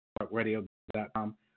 parkradio.com